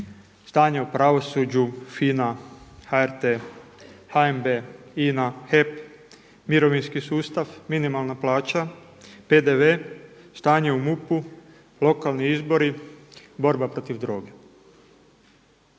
stanje u pravosuđu, FINA, HRT, HNB, INA, HEP, mirovinski sustav, minimalna plaća, PDV, stanje u MUP-u, lokalni izbori, borba protiv droge.